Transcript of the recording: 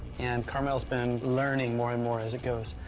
and carmel's been learning more and more as it goes.